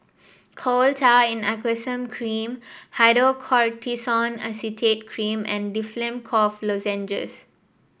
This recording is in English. Coal Tar in Aqueous Cream Hydrocortisone Acetate Cream and Difflam Cough Lozenges